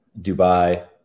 Dubai